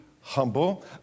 humble